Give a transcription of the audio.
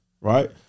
right